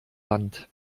wand